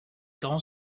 grand